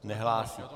Nehlásí.